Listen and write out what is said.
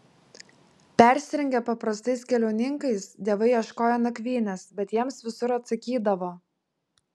persirengę paprastais keliauninkais dievai ieškojo nakvynės bet jiems visur atsakydavo